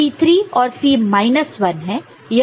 यह C3 और C minus 1 है